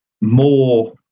more